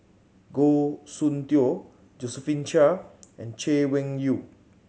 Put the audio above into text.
Goh Soon Tioe Josephine Chia and Chay Weng Yew